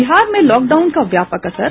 बिहार में लॉकडाउन का व्यापक असर